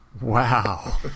Wow